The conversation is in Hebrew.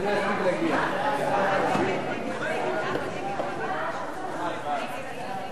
ההצעה להעביר את הצעת חוק למניעת הסתננות